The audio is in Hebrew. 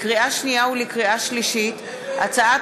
לקריאה שנייה ולקריאה שלישית: הצעת